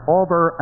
over